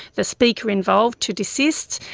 the speaker involved, to desist.